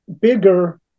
bigger